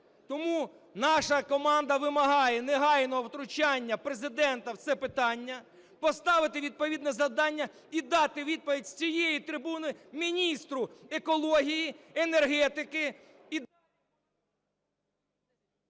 Тому наша команда вимагає негайного втручання Президента в це питання: поставити, відповідно, завдання і дати відповідь з цієї трибуни міністру екології, енергетики…